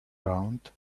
round